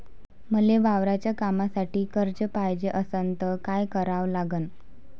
मले वावराच्या कामासाठी कृषी कर्ज पायजे असनं त काय कराव लागन?